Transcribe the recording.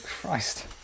christ